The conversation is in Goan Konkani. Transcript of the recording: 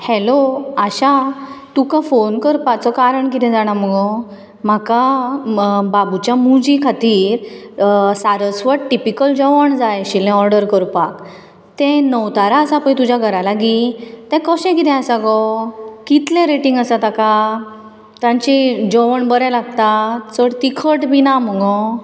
हॅलो आशा तुका फोन करपाचो कारण कितें जाणा मुगो म्हाका बाबुच्या मुजी खातीर सारस्वत टिपिकल जेवण जाय आशिल्लें ऑर्डर करपाक तें नवतारा आसा पळय तुज्या घरा लागीं तें कशें कितें आसा गो कितले रॅटींग आसा ताका तांचें जेवण बरें लागता चड तिखट बी ना मुगो